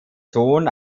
sohn